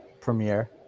premiere